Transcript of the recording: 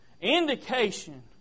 indication